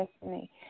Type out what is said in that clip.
destiny